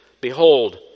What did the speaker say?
behold